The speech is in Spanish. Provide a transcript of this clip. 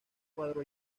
cuatro